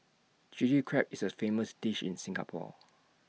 Chilli Crab is A famous dish in Singapore